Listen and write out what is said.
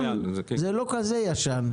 זה לא כזה ישן.